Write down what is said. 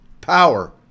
power